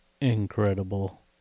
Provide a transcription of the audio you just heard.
incredible